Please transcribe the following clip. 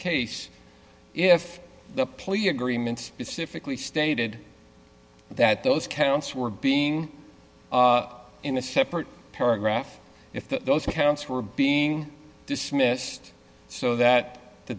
case if the plea agreement specifically stated that those counts were being in a separate paragraph if the those counts were being dismissed so that the